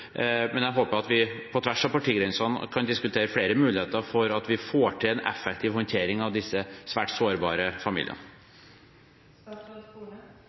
men jeg håper at vi – på tvers av partigrensene – kan diskutere flere muligheter for å få til en effektiv håndtering av disse svært sårbare